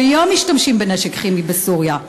כל יום משתמשים בנשק כימי בסוריה.